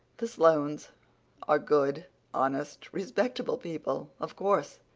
the sloanes are good, honest, respectable people, of course.